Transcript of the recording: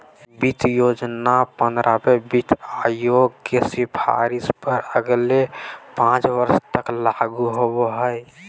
वित्त योजना पंद्रहवें वित्त आयोग के सिफारिश पर अगले पाँच वर्ष तक लागू होबो हइ